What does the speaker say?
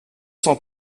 cent